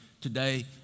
today